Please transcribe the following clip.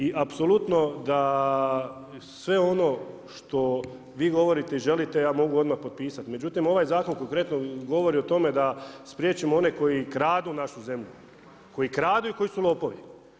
I apsolutno da sve ono što vi govorite i želite ja mogu odmah potpisati, međutim ovaj zakon konkretno govori o tome da spriječimo one koji kradu našu zemlju, koji kradu i koji su lopovi.